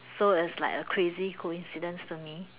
so it's like a crazy coincidence to me